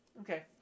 okay